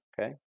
Okay